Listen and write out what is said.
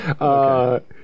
Okay